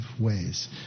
ways